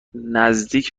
نزدیک